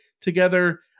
Together